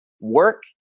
work